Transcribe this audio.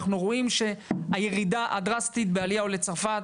אנחנו רואים את הירידה הדרסטית בעליית עולי צרפת,